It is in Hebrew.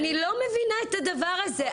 אני לא מבינה את הדבר הזה,